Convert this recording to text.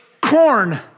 corn